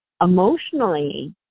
emotionally